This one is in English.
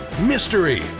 mystery